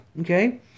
okay